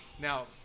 Now